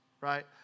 right